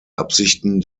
absichten